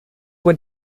were